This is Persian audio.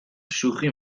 شوخی